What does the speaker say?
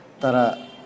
Tara